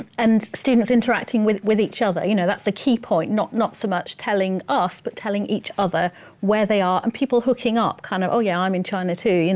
and students interacting with with each other, you know that's the key point, not not so much telling us but telling each other where they are, and people hooking up. kind of oh yeah, i'm in china too. you know